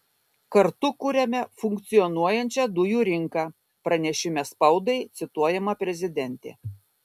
kartu kuriame funkcionuojančią dujų rinką pranešime spaudai cituojama prezidentė